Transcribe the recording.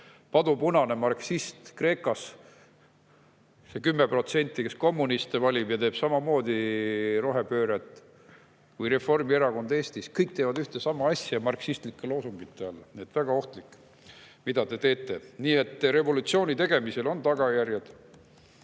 padupunane marksist Kreekas, see 10%, kes kommuniste valib ja teeb samamoodi rohepööret, või Reformierakond Eestis. Kõik teevad ühte ja sama asja marksistlike loosungite all. Nii et väga ohtlik on see, mida te teete. Nii et revolutsiooni tegemisel on tagajärjed.